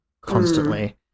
constantly